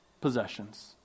possessions